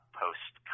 post